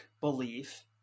belief